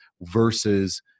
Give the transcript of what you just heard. versus